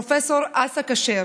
פרופ' אסא כשר,